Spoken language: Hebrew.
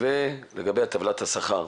ועל טבלת השכר.